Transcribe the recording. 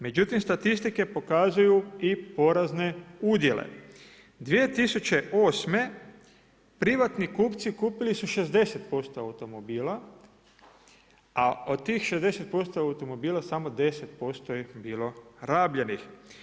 Međutim statistike pokazuju i porazne udjele, 2008. privatni kupci kupili su 60% automobila, a od tih 60% automobila samo 10% je bilo rabljenih.